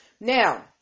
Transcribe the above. Now